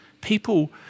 People